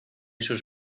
sus